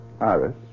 Iris